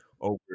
over